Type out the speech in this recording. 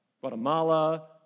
Guatemala